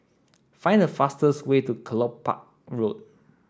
find the fastest way to Kelopak Road